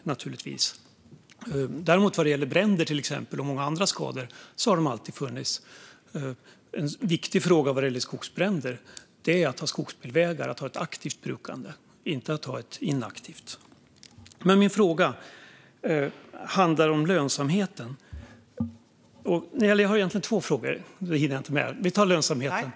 Men till exempel bränder och många andra skador har alltid funnits. En viktig sak vad gäller skogsbränder är att ha skogsbilvägar och att ha ett aktivt, inte inaktivt, brukande. Min fråga handlar om lönsamheten. Den får man genom att bruka skogen, inte genom att låta bli.